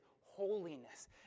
holiness